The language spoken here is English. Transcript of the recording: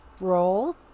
Roll